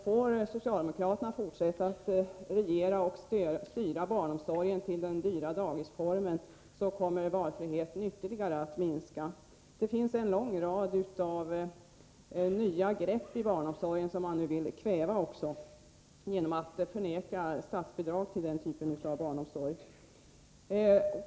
Får socialdemokraterna fortsätta att regera och styra barnomsorgen till den dyra daghemsformen, kommer valfriheten att minska ytterligare. Det finns en lång rad av nya idéer inom barnomsorgen som socialdemokraterna vill kväva genom att neka statsbidrag till dessa typer av barnomsorg.